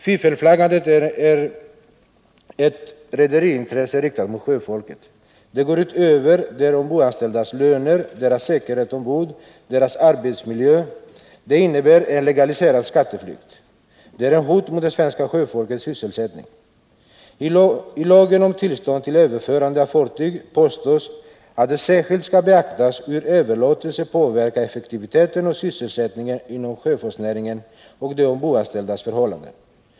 Fiffelflaggandet är ett redarintresse som riktas mot sjöfolket. Det går ut över de ombordanställdas löner, deras säkerhet och deras arbetsmiljö. Förutom att det innebär en legaliserad skatteflykt utgör det ett hot mot det svenska sjöfolkets sysselsättning. I lagen om tillstånd till överlåtelse av fartyg sägs att det särskilt skall beaktas hur en överlåtelse påverkar effektiviteten och sysselsättningen inom sjöfartsnäringen och de ombordanställdas förhållanden.